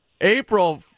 April